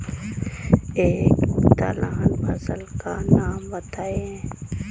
एक दलहन फसल का नाम बताइये